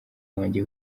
wanjye